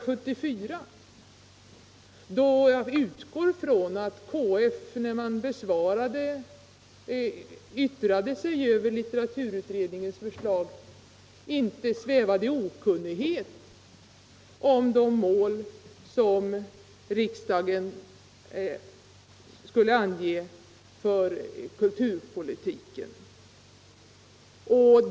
Jag utgår ifrån att KF, när man yttrade sig över litteraturutredningens förslag, inte svävade i okunnighet om de mål som riksdagen skulle ange för kulturpolitiken.